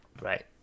Right